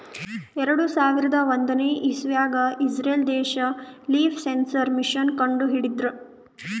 ಎರಡು ಸಾವಿರದ್ ಒಂದನೇ ಇಸವ್ಯಾಗ್ ಇಸ್ರೇಲ್ ದೇಶ್ ಲೀಫ್ ಸೆನ್ಸರ್ ಮಷೀನ್ ಕಂಡು ಹಿಡದ್ರ